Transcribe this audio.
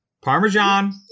Parmesan